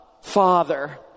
Father